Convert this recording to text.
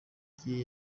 gihe